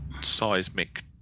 seismic